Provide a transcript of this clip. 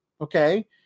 okay